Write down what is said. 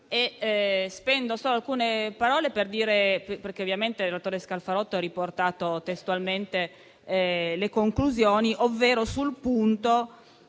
Spendo solo alcune parole, perché ovviamente il senatore Scalfarotto ha riportato testualmente le conclusioni, ovvero che non